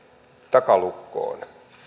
takalukkoon